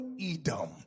Edom